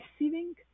receiving